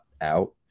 out